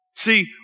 See